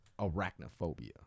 Arachnophobia